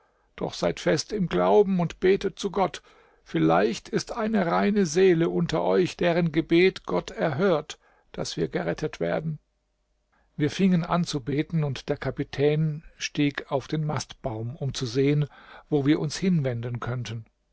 doch seid fest im glauben und betet zu gott vielleicht ist eine reine seele unter euch deren gebet gott erhört daß wir gerettet werden wir fingen an zu beten und der kapitän stieg auf den mastbaum um zu sehen wo wir uns hinwenden könnten